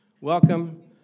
Welcome